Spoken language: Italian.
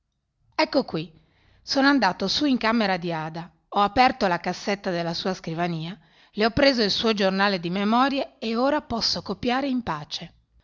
ecco qui sono andato su in camera di ada ho aperto la cassetta della sua scrivania le ho preso il suo giornale di memorie e ora posso copiare in pace